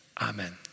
Amen